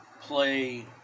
play